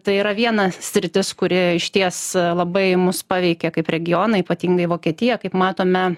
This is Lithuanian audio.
tai yra viena sritis kuri išties labai mus paveikė kaip regioną ypatingai vokietiją kaip matome